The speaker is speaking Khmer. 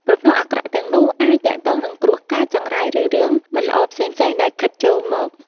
ប្រផ្នូលអាក្រក់ទាំងនោះអាចទាក់ទងនឹងគ្រោះកាច ចង្រៃ ឬរឿងមិនល្អផ្សេងៗដែលខិតចូលមក។